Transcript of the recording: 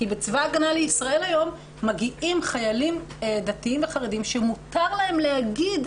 כי בצבא הגנה לישראל היום מגיעים חיילים דתיים וחרדיים שמותר להם להגיד,